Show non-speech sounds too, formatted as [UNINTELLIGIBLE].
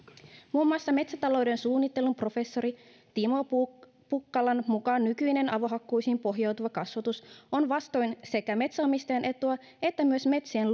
muun muassa metsätalouden suunnittelun professori timo pukkalan pukkalan mukaan nykyinen avohakkuisiin pohjautuva kasvatus on vastoin sekä metsänomistajan etua että myös metsien [UNINTELLIGIBLE]